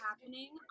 happening